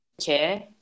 chair